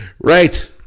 Right